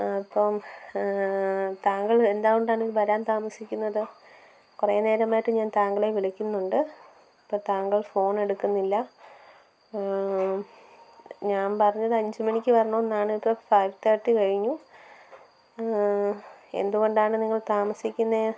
അപ്പം താങ്കൾ എന്ത് കൊണ്ടാണ് വരാൻ താമസിക്കുന്നത് കുറേ നേരമായിട്ട് ഞാൻ താങ്കളെ വിളിക്കുന്നുണ്ട് അപ്പം താങ്കൾ ഫോൺ എടുക്കുന്നില്ല ഞാൻ പറഞ്ഞത് അഞ്ചു മണിക്ക് വരണമെന്നാണ് ഇപ്പോൾ ഫൈവ് തേർട്ടി കഴിഞ്ഞു എന്തുകൊണ്ടാണ് നിങ്ങൾ താമസിക്കുന്നത്